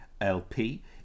LP